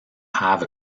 have